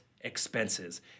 expenses